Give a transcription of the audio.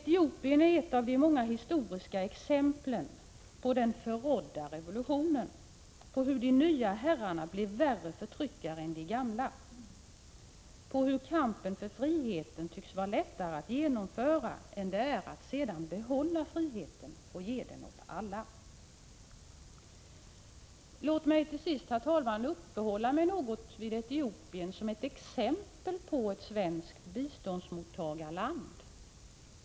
Etiopien är ett av de många historiska exemplen på den förrådda revolutionen, på hur de nya herrarna blev värre förtryckare än de gamla och på hur kampen för friheten tycks vara lättare att genomföra än det är att sedan behålla friheten och ge den åt alla. Låt mig till sist, herr talman, något uppehålla mig vid Etiopien som ett exempel på ett svenskt biståndsmottagarland.